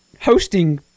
hosting